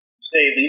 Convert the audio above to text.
say